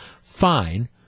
fine